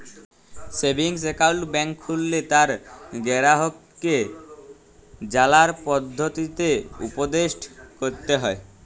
savings account ব্যাংকে খুললে তার গেরাহককে জালার পদধতিকে উপদেসট ক্যরতে হ্যয়